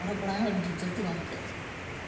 ᱦᱚᱨᱚᱜ ᱵᱟᱲᱟᱭᱦᱚᱸ ᱟᱹᱰᱤ ᱡᱩᱛ ᱫᱚ ᱵᱟᱝ ᱟᱹᱭᱠᱟᱹᱜᱼᱟ